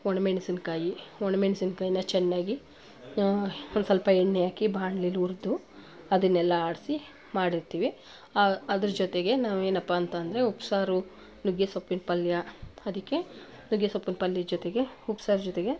ಒಣ ಮೆಣಸಿನ್ಕಾಯಿ ಒಣ ಮೆಣಸಿನ್ಕಾಯ್ನ ಚೆನ್ನಾಗಿ ಒಂದು ಸ್ವಲ್ಪ ಎಣ್ಣೆ ಹಾಕಿ ಬಾಣ್ಲಿಲಿ ಹುರ್ದು ಅದನ್ನೆಲ್ಲ ಆಡಿಸಿ ಮಾಡಿರ್ತೀವಿ ಅದ್ರ ಜೊತೆಗೆ ನಾವೇನಪ್ಪ ಅಂತ ಅಂದ್ರೆ ಉಪ್ಸಾರು ನುಗ್ಗೆಸೊಪ್ಪಿನ ಪಲ್ಯ ಅದಕ್ಕೆ ನುಗ್ಗೆಸೊಪ್ಪಿನ ಪಲ್ಯದ ಜೊತೆಗೆ ಉಪ್ಸಾರು ಜೊತೆಗೆ